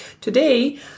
today